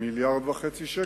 מיליארד וחצי שקל.